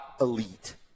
elite